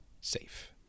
safe